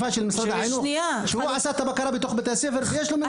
משרד החינוך עשה את הבקרה בתוך בתי הספר ויש לו את הממצאים.